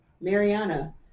Mariana